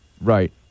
right